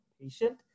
patient